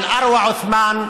של ארווא עותמאן,